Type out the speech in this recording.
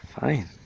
Fine